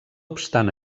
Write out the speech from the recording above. obstant